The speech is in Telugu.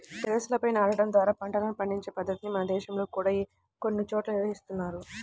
టెర్రస్లపై నాటడం ద్వారా పంటలను పండించే పద్ధతిని మన దేశంలో కూడా కొన్ని చోట్ల నిర్వహిస్తున్నారు